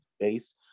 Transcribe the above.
base